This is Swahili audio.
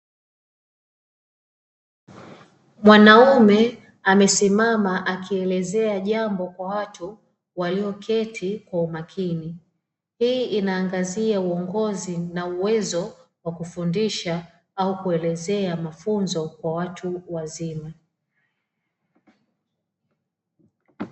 Mwanaume amesimama akielezea jambo kwa watu walioketi kwa umakini, hii inaangazia uongozi na uwezo wa kufundisha au kuelezea mafunzo kwa watu wazima.